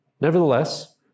Nevertheless